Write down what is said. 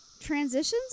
transitions